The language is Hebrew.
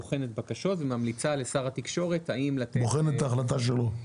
בוחנת בקשות וממליצה לשר התקשורת האם לתת --- בוחנת את ההחלטה שלו,